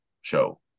show